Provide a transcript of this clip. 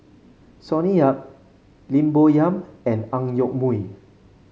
Sonny Yap Lim Bo Yam and Ang Yoke Mooi